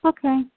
Okay